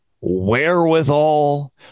wherewithal